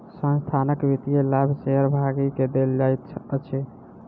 संस्थानक वित्तीय लाभ शेयर भागी के देल जाइत अछि